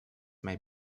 may